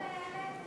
איילת,